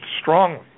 strongly